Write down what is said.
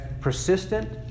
persistent